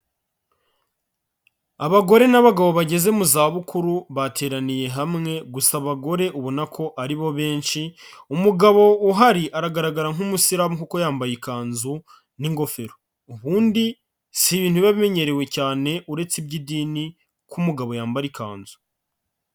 Abagore n'abagabo bageze mu zabukuru, bateraniye hamwe gusa abagore ubona ko ari bo benshi, umugabo uhari aragaragara nk'umusilamu kuko yambaye ikanzu n'ingofero, ubundi si ibintu biba bimenyerewe cyane uretse iby'idini ko umugabo yambara ikanzu.